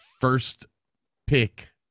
first-pick